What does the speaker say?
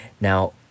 Now